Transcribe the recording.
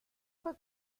fue